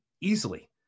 easily